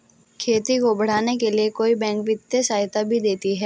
खेती को बढ़ाने के लिए कई बैंक वित्तीय सहायता भी देती है